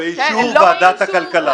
באישור ועדת הכלכלה.